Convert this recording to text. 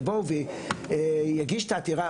יבוא ויגיש את העתירה,